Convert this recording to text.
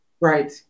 Right